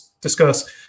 discuss